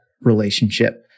relationship